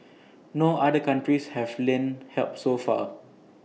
no other countries have lent help so far